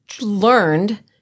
learned